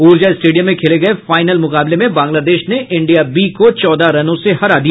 ऊर्जा स्टेडियम में खेले गये फाईनल मुकाबले में बांग्लादेश ने इंडिया बी को चौदह रनों से हरा दिया